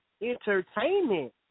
entertainment